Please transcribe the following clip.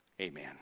amen